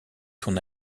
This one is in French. ton